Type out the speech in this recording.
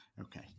okay